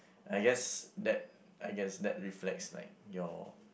and I guess that I guess that reflects like your